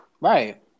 right